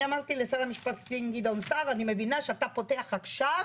אני אמרתי לשר המשפטים גדעון סער 'אני מבינה שאתה פותח עכשיו